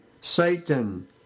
Satan